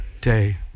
day